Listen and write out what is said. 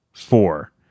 Four